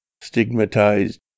stigmatized